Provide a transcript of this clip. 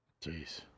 Jeez